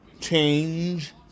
change